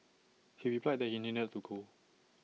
he replied that he needed to go